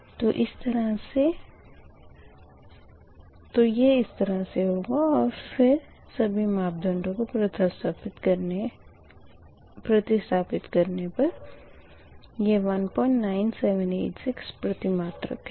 sin θ1k 1k तो यह इस तरह से होगा और फिर सभी मापदंडो को प्रतिस्थापित करने पर यह 19786 प्रतिमात्रक है